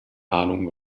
ahnung